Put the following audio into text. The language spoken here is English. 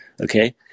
okay